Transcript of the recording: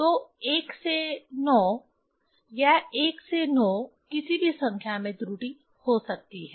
तो 1 से 9 यह 1 से 9 किसी भी संख्या में त्रुटि हो सकती है